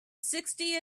sixty